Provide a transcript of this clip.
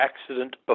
accident